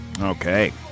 Okay